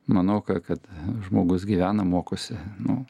manau kad žmogus gyvena mokosi nu